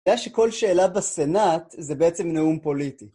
יודע שכל שאלה בסנאט זה בעצם נאום פוליטי.